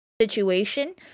situation